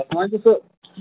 اسلامُ علیکُم سَر